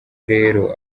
rero